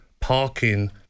parking